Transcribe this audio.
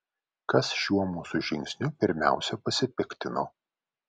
kas šiuo mūsų žingsniu pirmiausia pasipiktino